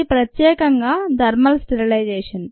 ఇది ప్రత్యేకంగా thermal sterilisation